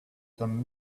some